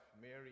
Mary